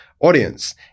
audience